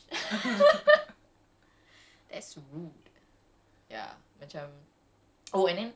habis orang mati one episode the next episode everybody's over it like bitch